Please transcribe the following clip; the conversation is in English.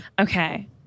Okay